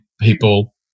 people